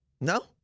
No